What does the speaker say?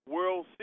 World